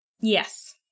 Yes